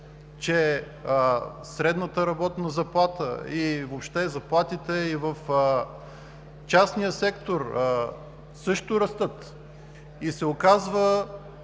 че средната работна заплата, въобще заплатите и в частния сектор също растат. И се оказва